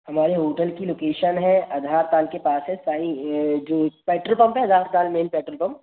हमारे होटल की लोकेशन है आधारताल के पास है साई जो है यह पेट्रोल पम्प है इधर का मैन पेट्रोल पम्प